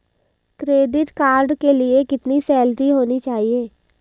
Credit card के लिए कितनी सैलरी होनी चाहिए?